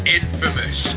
infamous